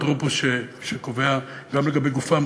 שקובע גם לגבי גופם,